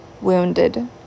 wounded